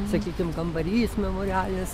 sakykim kambarys memorialinis